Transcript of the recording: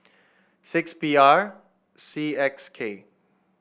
six P R C X K